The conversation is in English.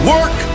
Work